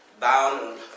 down